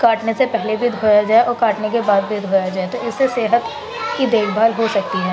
کاٹنے سے پہلے بھی دھویا جائے اور کاٹنے کے بعد بھی دھویا جائے تو اس سے صحت کی دیکھ بھال ہوسکتی ہے